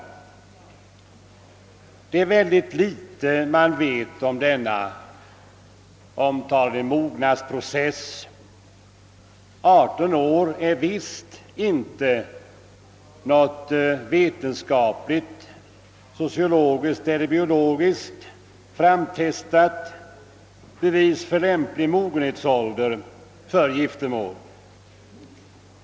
Det är mycket litet man vet om denna mognads Process. 18 år är visst ingen vetenskapligt — sociologiskt eller biologiskt — framtestad lämplig mogenhetsålder för giftermål.